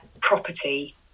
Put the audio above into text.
property